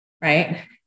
Right